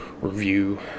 review